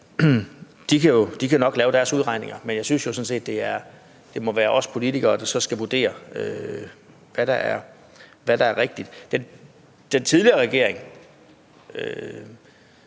De kan nok lave deres udregninger, men jeg synes jo sådan set, det må være os politikere, der så skal vurdere, hvad der er rigtigt. Den tidligere regering